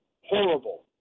horrible